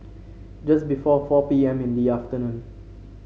just before four P M in the afternoon